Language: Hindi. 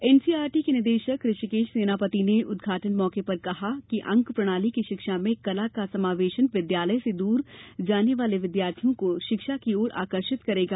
एनसीआरटी के निदेशक ऋषिकेश सेनापति ने उदघाटन मौके पर कहा अंक प्रणाली की शिक्षा में कला का समावेशन विद्यालय से दूर जाने वाले विद्यार्थियों को शिक्षा की ओर आकर्षित करेगा